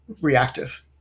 reactive